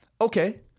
okay